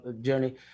journey